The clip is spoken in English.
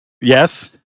Yes